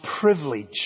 privilege